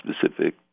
specific